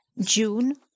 June